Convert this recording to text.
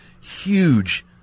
huge